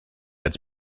its